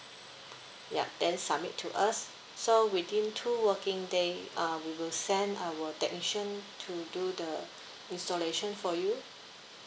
yup then submit to us so within two working day um we will send our technician to do the installation for you